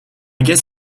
guess